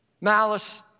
malice